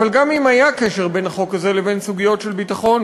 אבל גם אם היה קשר בין החוק הזה לבין סוגיות של ביטחון,